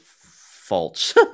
faults